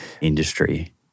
industry